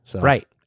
Right